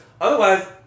otherwise